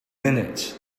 minute